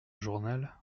journal